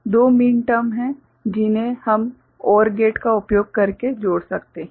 तो यह दो मीन टर्म्स हैं जिन्हें हम OR गेट का उपयोग करके जोड़ सकते हैं